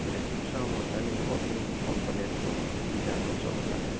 sir எக்ஸ்ட்ராக அமௌண்ட்னா நீங்கள் முதல்லயே இன்ஃபாம் பண்ணிருக்கணும் நீங்கள் அதுவும் சொல்லல